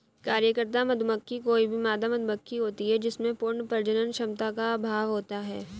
कार्यकर्ता मधुमक्खी कोई भी मादा मधुमक्खी होती है जिसमें पूर्ण प्रजनन क्षमता का अभाव होता है